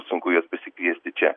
sunku juos pasikviesti čia